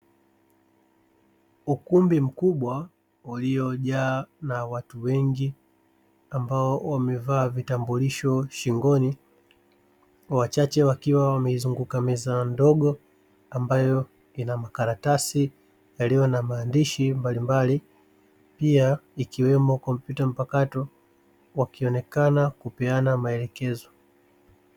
Ukumbi mkubwa uliojaa na watu wengi ambao wamevaa vitambulisho shingoni, wachache wakiwa wameizunguka meza ndogo ambayo ina makaratasi yaliyo na maandishi mbalimbali. Pia ikiwemo kompyuta mpakato, wakionekana kupeana maelekezo.